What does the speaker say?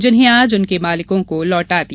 जिन्हें आज उनके मालिकों को लौटा दिया